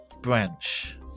Branch